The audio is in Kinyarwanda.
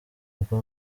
ubwo